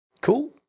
Cool